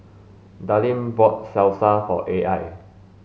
Darleen bought Salsa for Al